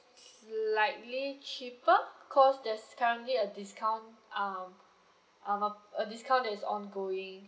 slightly cheaper because there's currently a discount um um uh a discount that is ongoing